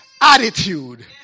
attitude